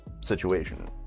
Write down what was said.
situation